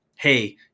hey